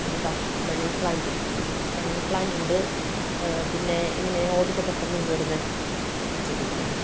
ഏതാണ് money plant money plant ഉണ്ട് പിന്നെ ഇങ്ങനെ ഓടിന്റെ പുറത്തൊക്കെ കയറുന്നത് ഒരു ചെടിയില്ലേ